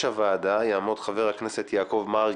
הוועדה יעמוד חבר הכנסת יעקב מרגי,